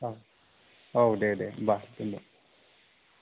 औ औ दे दे होमबा दोनदो